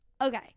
Okay